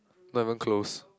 never close